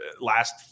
last